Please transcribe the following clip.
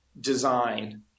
design